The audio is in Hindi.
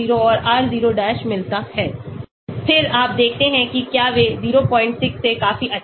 r2 - r' 2r2 01 and 085 k' 115 फिर आप देखते हैं कि क्या वे 06 से काफी अच्छे हैं